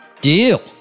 Deal